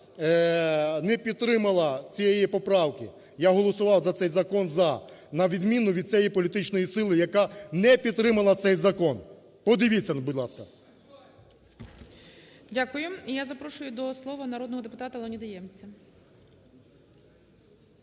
не підтримала цієї поправки. Я голосував за цей закон "за" на відміну від цієї політичної сили, яка не підтримала цей закон, подивіться, будь ласка. ГОЛОВУЮЧИЙ. Дякую. І я запрошую до слова народного депутата Леоніда Ємця.